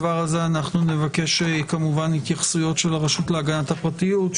אני מתנצל על העיכוב הגדול מאוד בפתיחת